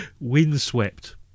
windswept